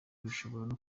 bishobora